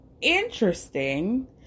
interesting